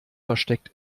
versteckt